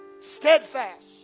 steadfast